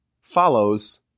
follows